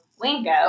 Wingo